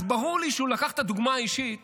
אז ברור לי שהוא לקח את הדוגמה האישית